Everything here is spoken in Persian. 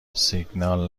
سیگنال